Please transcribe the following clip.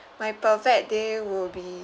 my perfect day will be